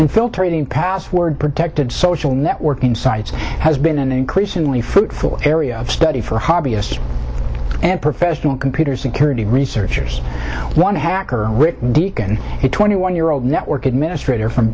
infiltrating password protected social networking sites has been an increasingly fruitful area of study for hobbyists and professional computer security researchers one hacker decon it twenty one year old network administrator from